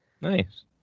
Nice